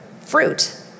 fruit